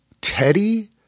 Teddy